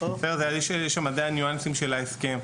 יש שם עדיין ניואנסים של ההסכם.